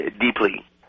Deeply